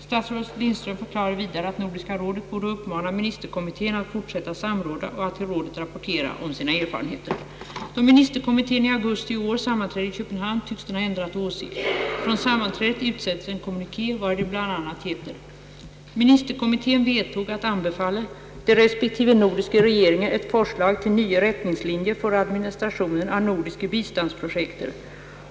Statsrådet Lindström förklarade vidare att Nordiska rådet borde uppmana ministerkommittén att fortsätta samråda och att till rådet rapportera om sina erfarenheter. Då ministerkommittén i augusti i år sammanträdde i Köpenhamn tycks den ha ändrat åsikt. Från sammanträdet utsändes en kommuniké vari det bl.a. heter: »Ministerkommittén vedtog at anbefale de respektive nordiske regeringer et forslag til nye retningslinjer for administrationen af nordiske bistandsprojekter.